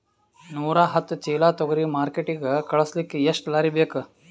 ನೂರಾಹತ್ತ ಚೀಲಾ ತೊಗರಿ ಮಾರ್ಕಿಟಿಗ ಕಳಸಲಿಕ್ಕಿ ಎಷ್ಟ ಲಾರಿ ಬೇಕು?